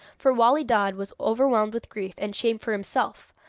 for wali dad was overwhelmed with grief and shame for himself,